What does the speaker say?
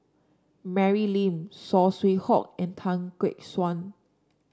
Mary Lim Saw Swee Hock and Tan Gek Suan